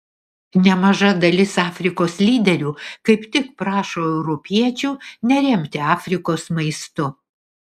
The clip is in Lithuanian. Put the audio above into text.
nemaža dalis afrikos lyderių kaip tik prašo europiečių neremti afrikos maistu